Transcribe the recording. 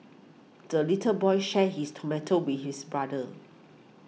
the little boy shared his tomato with his brother